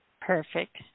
Perfect